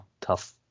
tough